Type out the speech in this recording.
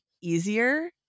easier